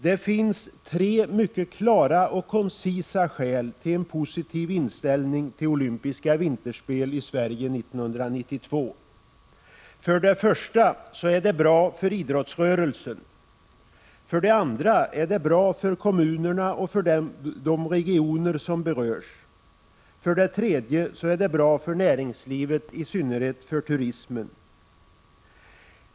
Det finns tre mycket klara och koncisa skäl till en positiv inställning till olympiska vinterspel i Sverige 1992: För det första är det bra för idrottsrörelsen. För det andra är det bra för de kommuner och regioner som berörs. För det tredje är det bra för näringslivet, i synnerhet för turismen.